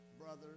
brothers